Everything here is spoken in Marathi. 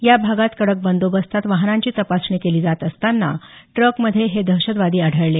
या भागात कडक बंदोबस्तात वाहनांची तपासणी केली जात असतांना ट्रकमध्ये हे दहशतवादी आढळले